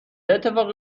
اتفاقی